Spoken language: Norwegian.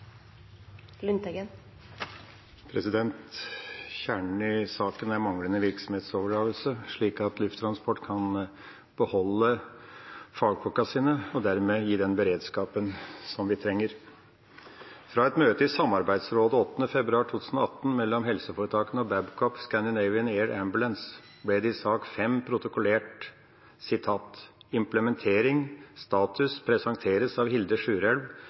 manglende virksomhetsoverdragelse, slik at Lufttransport kan beholde fagfolkene sine og dermed gi oss den beredskapen vi trenger. Fra et møte i samarbeidsrådet den 8. februar 2018 mellom helseforetakene og Babcock Scandinavian Air Ambulance ble det i sak nr. 5 protokollert: «Implementering – status presenteres av Hilde Sjurelv»,